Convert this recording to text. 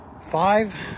Five